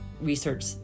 research